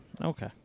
Okay